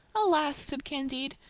alas! said candide,